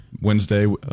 Wednesday